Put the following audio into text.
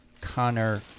Connor